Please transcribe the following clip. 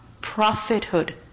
prophethood